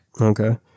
Okay